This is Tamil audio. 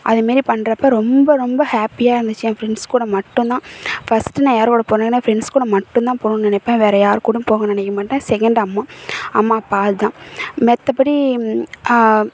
அதே மாரி பண்றப்போ ரொம்ப ரொம்ப ஹாப்பியாக இருந்துச்சு என் ஃப்ரெண்ட்ஸ் கூட மட்டும் தான் ஃபஸ்ட்டு நான் யார் கூட போனேன்னால் என் ஃப்ரெண்ட்ஸ் கூட மட்டும் தான் போகணும்னு நினைப்பேன் வேறு யாருக்கூடும் போக நினைக்கமாட்டேன் செகண்டு அம்மா அம்மா அப்பா அதுதான் மத்த படி